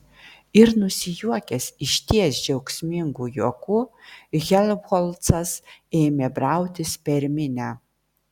ir nusijuokęs išties džiaugsmingu juoku helmholcas ėmė brautis per minią